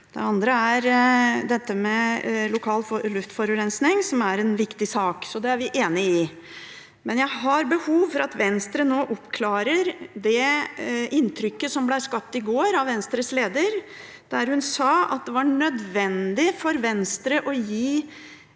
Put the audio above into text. Det andre er lokal luftforurensning, som er en viktig sak. Det er vi enig i. Men jeg har behov for at Venstre nå oppklarer det inntrykket som ble skapt i går av Venstres leder. Hun sa at det var nødvendig for Venstre å gi